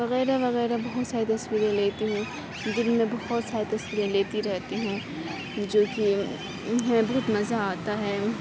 وغیرہ وغیرہ بہت ساری تصویریں لیتی ہوں دن میں بہت ساری تصویریں لیتی رہتی ہوں جو کہ ہمیں بہت مزہ آتا ہے